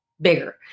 bigger